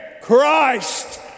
Christ